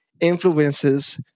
influences